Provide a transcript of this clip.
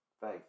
Faith